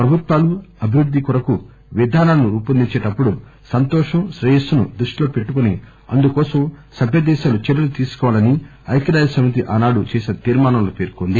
ప్రభుత్వాలు అభివృద్ది కొరకు విధానాలను రూపొందించేటప్పడు సంతోషం శ్రేయస్సును దృష్టిలో పెట్టుకుని అందుకోసం సభ్యదేశాలు చర్యలు తీసుకోవాలని ఐక్యరాజ్యసమితి ఆనాడు చేసిన తీర్మానంలో పేర్కొంది